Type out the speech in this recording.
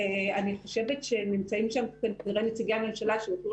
אני חושבת שנמצאים שם נציגי הממשלה שיוכלו